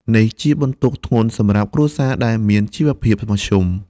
នេះជាបន្ទុកធ្ងន់សម្រាប់គ្រួសារដែលមានជីវភាពមធ្យម។